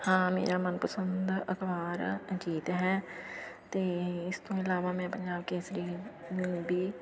ਹਾਂ ਮੇਰਾ ਮਨਪਸੰਦ ਅਖ਼ਬਾਰ ਅਜੀਤ ਹੈ ਅਤੇ ਇਸ ਤੋਂ ਇਲਾਵਾ ਮੈਂ ਪੰਜਾਬ ਕੇਸਰੀ ਨੂੰ ਵੀ